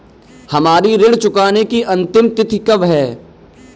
हमारी ऋण चुकाने की अंतिम तिथि कब है?